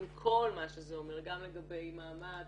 עם כל מה שזה אומר גם לגבי מעמד,